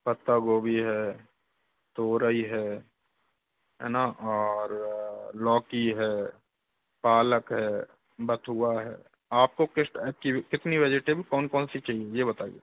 पत्ता गोभी है तोरई है है ना और लौकी है पालक है बथुआ है आपको किस टाइप की कितनी वेजिटेबल कौन कौन सी चाहिए ये बताइए